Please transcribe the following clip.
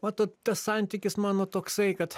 matot tas santykis mano toksai kad